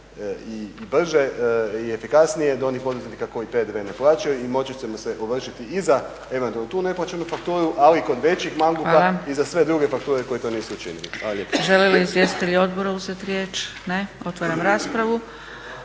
i brže i efikasnije do onih poduzetnika koji PDV ne plaćaju. I moći ćemo se ovršiti i za eventualno tu neplaćenu fakturu, ali i kod većih mangupa i za sve druge fakture koje to nisu učinili. Hvala lijepo. **Zgrebec, Dragica